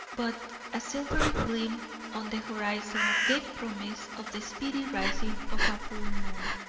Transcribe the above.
but a silvery gleam on the horizon gave promise of the speedy rising of a full moon.